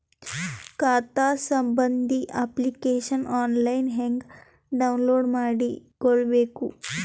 ಖಾತಾ ಸಂಬಂಧಿ application online ಹೆಂಗ್ ಡೌನ್ಲೋಡ್ ಮಾಡಿಕೊಳ್ಳಬೇಕು?